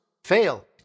fail